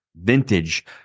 Vintage